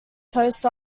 post